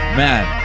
man